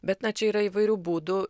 bet čia yra įvairių būdų